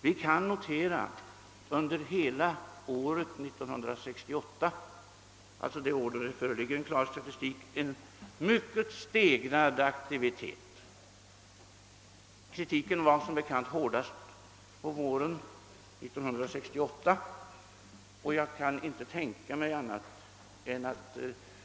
Vi kan under hela år 1968, ett år för vilket det föreligger en klar statistik, notera en mycket stegrad aktivitet. Kritiken var som bekant hårdast på våren 1968, och jag kan inte tänka mig annat än att